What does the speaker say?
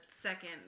second